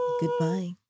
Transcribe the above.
goodbye